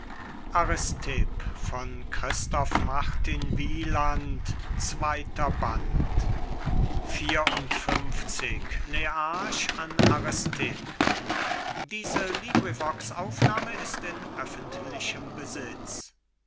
nahmen christoph martin wieland i aristipp an